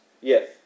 Yes